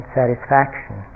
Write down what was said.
satisfaction